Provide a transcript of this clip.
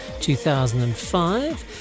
2005